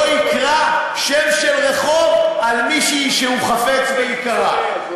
יקרא שם של רחוב על שם מישהי שהוא חפץ ביקרה.